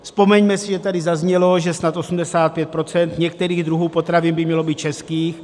Vzpomeňme si, že tady zaznělo, že snad 85 % některých druhů potravin by mělo být českých.